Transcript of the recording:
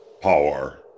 Power